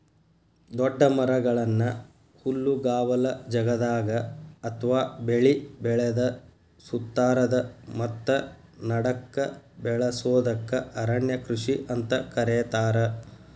ದೊಡ್ಡ ಮರಗಳನ್ನ ಹುಲ್ಲುಗಾವಲ ಜಗದಾಗ ಅತ್ವಾ ಬೆಳಿ ಬೆಳದ ಸುತ್ತಾರದ ಮತ್ತ ನಡಕ್ಕ ಬೆಳಸೋದಕ್ಕ ಅರಣ್ಯ ಕೃಷಿ ಅಂತ ಕರೇತಾರ